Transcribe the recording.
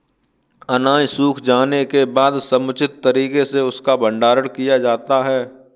अनाज सूख जाने के बाद समुचित तरीके से उसका भंडारण किया जाता है